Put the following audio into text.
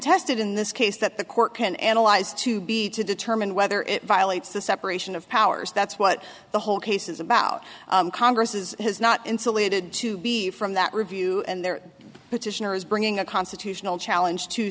contested in this case that the court can analyze to be to determine whether it violates the separation of powers that's what the whole case is about congress's has not insulated to be from that review and there petitioners bringing a constitutional challenge t